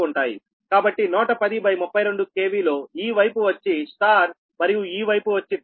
కాబట్టి 110 32 KV లో ఈ వైపు వచ్చి Y మరియు ఈ వైపు వచ్చి ∆